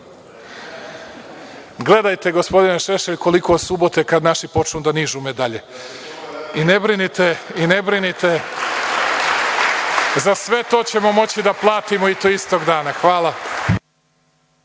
tamo.)Gledajte gospodine Šešelj, koliko od subote, kad naši počnu da nižu medalje i ne brinite, za sve to ćemo moći da platimo i to istog dana. Hvala.